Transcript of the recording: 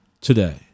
today